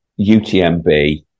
UTMB